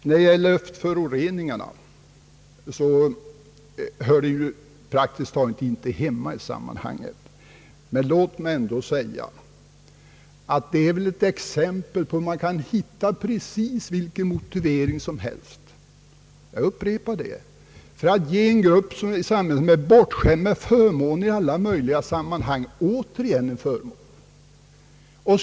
Frågan om luftföroreningarna hör ju praktiskt taget inte hemma i detta sammanhang, men låt mig ändå säga, att den väl är ett exempel på att man kan hitta på precis vilken motivering som helst — jag upprepar det — för att ge en samhällsgrupp som är bortskämd med förmåner i alla möjliga sammanhang ytterligare en förmån.